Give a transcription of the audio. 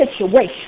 situation